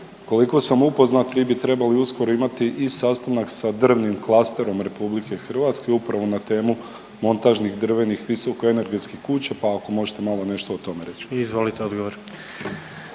koliko sam upoznat vi bi trebali uskoro imati i sastanak sa Drvnim klasterom RH upravo na temu montažnih drvenih visokoenergetskih kuća, pa ako možete nešto malo o tome reći. **Jandroković,